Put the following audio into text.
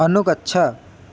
अनुगच्छ